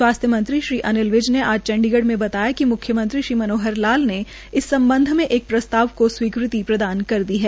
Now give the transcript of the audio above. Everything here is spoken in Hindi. स्वास्थ्य मंत्री श्री अनिल विज ने आज चंडीगढ़ में बताया कि म्ख्यमंत्री श्री मनोहर लाल ने इस संबंध में एक प्रस्ताव को स्वीकृति प्रदान कर दी है